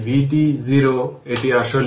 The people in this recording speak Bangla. উদাহরণস্বরূপ আমি এটি তৈরি করছি